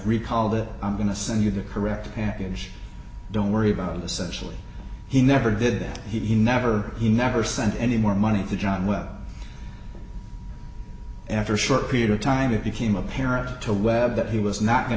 recall that i'm going to send you the correct package don't worry about it essentially he never did that he never he never sent any more money to john webb after a short period of time it became apparent to webb that he was not going